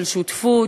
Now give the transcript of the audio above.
של שותפות,